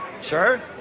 Sure